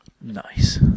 Nice